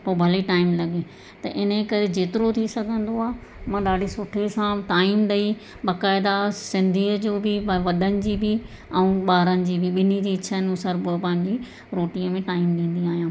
पोइ भले ई टाइम लॻे त इन जे करे जेतिरो थी सघंदो आहे मां ॾाढी सुठे सां टाइम ॾेई बेक़ाइदा सिंधीअ जो बि वॾनि जी बि ऐं ॿारनि जी बि ॿिनी जी इछा अनुसार पोइ पंहिंजी रोटीअ में टाइम ॾींदी आहियां